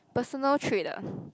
personal trait ah